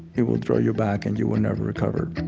it will draw you back, and you will never recover